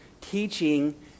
teaching